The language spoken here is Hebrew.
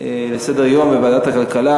ההצעה לסדר-היום לוועדת הכלכלה.